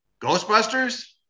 Ghostbusters